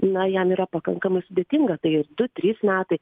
na jam yra pakankamai sudėtinga tai ir du trys metai